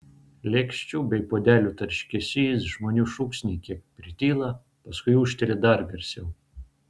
lėkščių bei puodelių tarškesys žmonių šūksniai kiek prityla paskui ūžteli dar garsiau